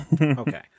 Okay